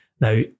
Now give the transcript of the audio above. Now